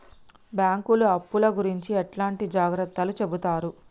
బ్యాంకులు అప్పుల గురించి ఎట్లాంటి జాగ్రత్తలు చెబుతరు?